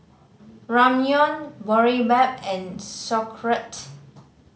Ramyeon Boribap and Sauerkraut